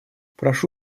прошу